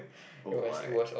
oh my